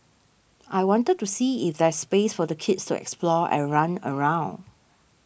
I wanted to see if there's space for the kids to explore and run around